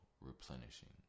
replenishing